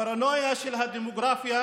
הפרנויה של הדמוגרפיה